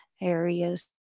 areas